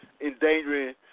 endangering